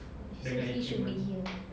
so he should be here